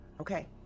Okay